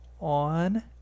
on